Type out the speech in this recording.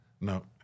No